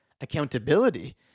accountability